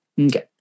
Okay